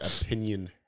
opinion